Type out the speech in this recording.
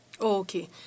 Okay